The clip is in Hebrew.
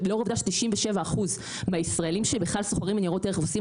לאור העובדה ש-97% מהישראלים שבכלל סוחרים בניירות ערך עושים